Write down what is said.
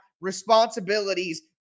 responsibilities